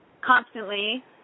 constantly